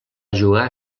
jugar